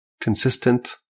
consistent